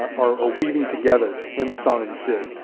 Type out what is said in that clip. are are weaving together, in the song of the cid.